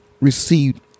received